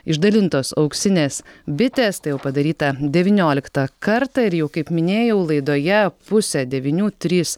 išdalintos auksinės bitės tai jau padaryta devynioliktą kartą ir jau kaip minėjau laidoje pusę devynių trys